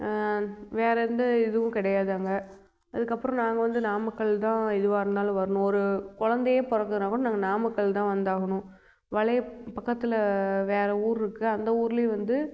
வேற எந்த இதுவும் கிடையாது அங்கே அதுக்கப்றம் நாங்கள் வந்து நாமக்கல் தான் எதுவாக இருந்தாலும் வரணும் ஒரு குழந்தையே பிறக்குதுனாக்கூட நாங்கள் நாமக்கல் தான் வந்தாகணும் வளைய பக்கத்தில் வேற ஊர் இருக்குது அந்த ஊர்லேயும் வந்து